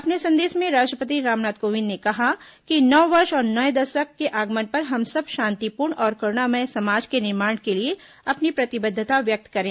अपने संदेश में राष्ट्रपति रामनाथ कोविंद ने कहा कि नववर्ष और नए दशक के आगमन पर हम सब शांतिपूर्ण और करुणामय समाज के निर्माण के लिए अपनी प्रतिबद्धता व्यक्त करें